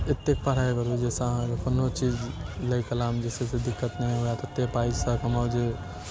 एते पढ़ाइ करू जैसँ अहाँके कोनो चीज लै कालमे जे छै से दिक्कत नहि हुए एते पैसा कमाउ जे